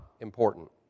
important